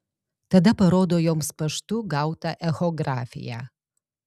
tada parodo joms paštu gautą echografiją